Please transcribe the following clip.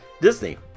Disney